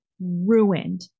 ruined